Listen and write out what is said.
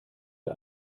der